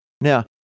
Now